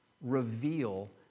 reveal